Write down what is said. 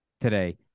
Today